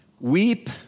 weep